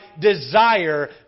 desire